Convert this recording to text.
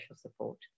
support